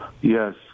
Yes